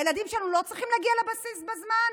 הילדים שלנו לא צריכים להגיע לבסיס בזמן?